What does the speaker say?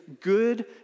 good